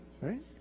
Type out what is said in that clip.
Right